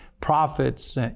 prophets